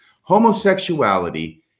homosexuality